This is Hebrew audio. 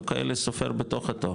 הוא כאלה סופר בתוך התור,